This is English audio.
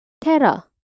Terra